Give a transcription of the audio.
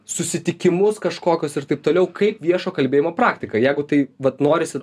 susitikimus kažkokius ir taip toliau kaip viešo kalbėjimo praktika jeigu tai vat norisi